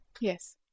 Yes